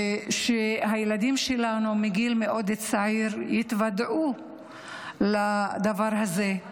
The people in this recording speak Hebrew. שהילדים שלנו בגיל מאוד צעיר יתוודעו לדבר הזה.